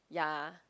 ya